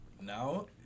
Now